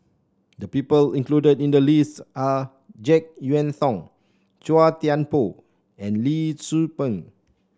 the people included in the list are JeK Yeun Thong Chua Thian Poh and Lee Tzu Pheng